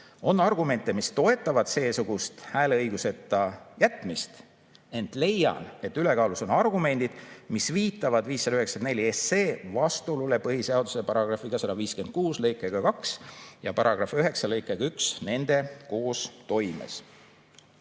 On argumente, mis toetavad seesugust hääleõiguseta jätmist, ent leian, et ülekaalus on argumendid, mis viitavad 594 SE vastuolule Põhiseaduse § 156 lõikega 2 ja § 9 lõikega 1 nende koostoimes."